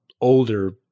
older